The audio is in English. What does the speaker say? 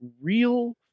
real